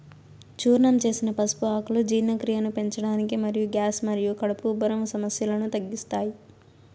చూర్ణం చేసిన పసుపు ఆకులు జీర్ణక్రియను పెంచడానికి మరియు గ్యాస్ మరియు కడుపు ఉబ్బరం సమస్యలను తగ్గిస్తాయి